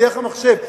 דרך המחשב?